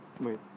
wait